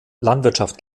landwirtschaft